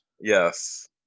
Yes